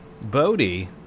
Bodhi